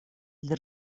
для